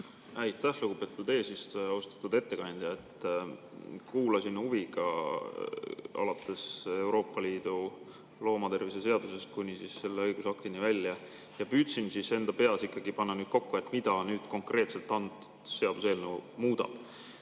Aitäh, lugupeetud eesistuja! Austatud ettekandja! Kuulasin huviga alates Euroopa Liidu loomatervise määrusest kuni selle õigusaktini välja ja püüdsin enda peas ikkagi panna kokku, et mida nüüd konkreetselt see seaduseelnõu muudab.